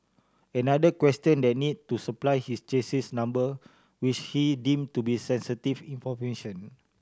another questioned the need to supply his chassis number which he deem to be sensitive information